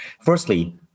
Firstly